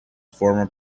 former